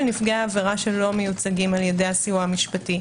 נפגעי העבירה שלא מיוצגים על ידי הסיוע המשפטי,